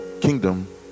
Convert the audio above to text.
kingdom